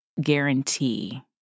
guarantee